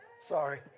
Sorry